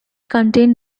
contained